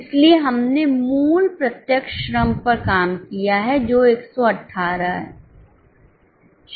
इसलिए हमने मूल प्रत्यक्ष श्रम पर काम किया है जो 118 है